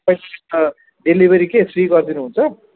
delivery free गरिदिनुहुन्छ